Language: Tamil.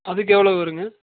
அதுக்கு எவ்வளோ வருங்க